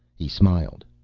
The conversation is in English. he smiled.